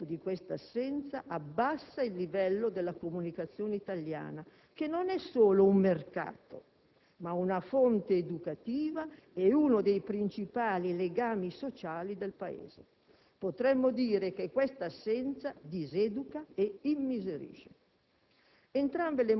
E l'effetto di questa assenza abbassa il livello della comunicazione italiana, che non è solo un mercato, ma una fonte educativa e uno dei principali legami sociali del Paese. Potremmo dire che questa assenza diseduca e immiserisce.